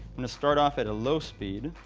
going to start off at a low speed